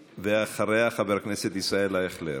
אחריה, חבר הכנסת ישראל אייכלר.